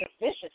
vicious